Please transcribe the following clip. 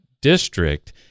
district